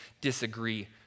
disagree